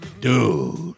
Dude